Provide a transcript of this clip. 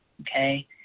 okay